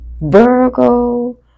Virgo